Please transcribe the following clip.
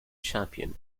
champion